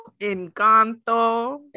Encanto